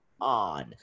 on